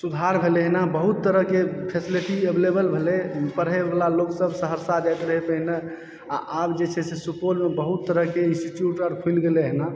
सुधार भेलै हन बहुत तरहके फैसिलिटी एवलेवल भेलै पढ़ैवला लोक सब सहरसा जाइत रहै पहिने आ आब जे छै से सुपौलमे बहुत तरहके इंस्टिट्यूट आर खुलि गेलै हन